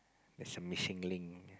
that's a missing link